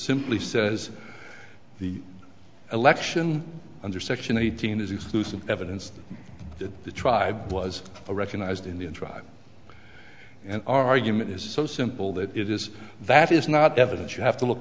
simply says the election under section eighteen is exclusive evidence that the tribe was a recognized in the untried an argument is so simple that it is that is not evidence you have to look